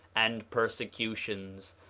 and persecutions,